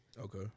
Okay